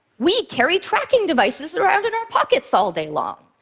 we carry tracking devices around in our pockets all day long.